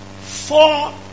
four